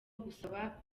gusaba